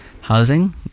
housing